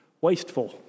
wasteful